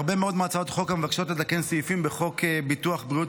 הרבה מאוד מהצעות חוק המבקשות לתקן סעיפים בחוק ביטוח בריאות